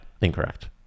Incorrect